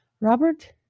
Robert